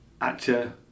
actor